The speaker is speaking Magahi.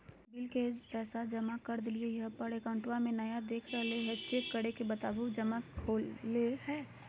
बिल के पैसा जमा कर देलियाय है पर अकाउंट में देखा नय रहले है, चेक करके बताहो जमा होले है?